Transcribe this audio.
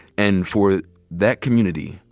and for that community,